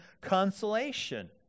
consolation